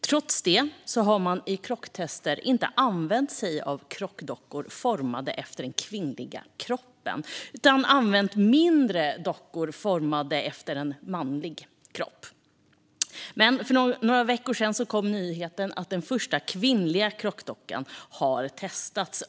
Trots detta har man i krocktester inte använt sig av krockdockor formade efter den kvinnliga kroppen, utan man har använt mindre dockor formade efter en manlig kropp. Men för några veckor sedan kom nyheten att den första kvinnliga krockdockan hade testats.